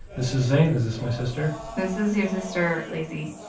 this is zane, is this my sister? this is your sister, lacy.